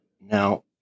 Now